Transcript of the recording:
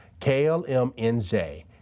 KLMNJ